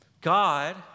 God